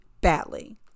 badly